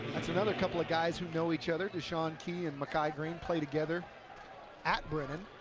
another couple of guys who know each other, de'shawn key and makai green played together at brennan.